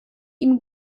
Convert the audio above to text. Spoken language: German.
ihm